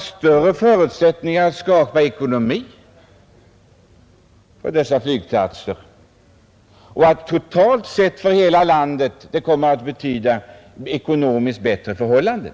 större förutsättningar att förbättra sin ekonomi, vilket totalt för hela landet skulle betyda ekonomiskt bättre förhållanden.